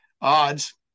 odds